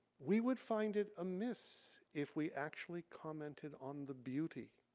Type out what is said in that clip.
we would find it amiss if we actually commented on the beauty